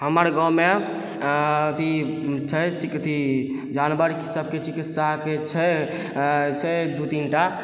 हमर गाँवमे अथी छै जानवर सबके चिकित्साके छै छै दू तीन टा